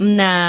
na